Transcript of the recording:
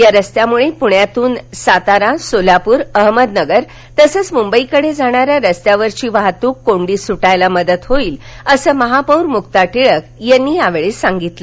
या रस्त्यामुळे पुण्यातून सातारा सोलापूर अहमदनगर तसंच मुंबईकडे जाणाऱ्या रस्त्यांवरील वाहतूक कोंडी सुटण्यास मदत होईल असं महापौर मुक्ता टिळक यावेळी म्हणाल्या